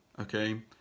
okay